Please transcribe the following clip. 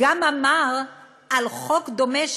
גם אמר על חוק דומה,